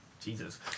Jesus